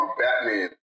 Batman